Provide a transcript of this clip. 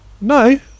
No